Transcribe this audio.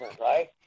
right